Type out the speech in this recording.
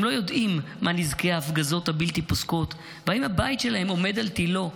הם לא יודעים מה נזקי ההפגזות הבלתי-פוסקות ואם הבית שלהם עומד על תילו.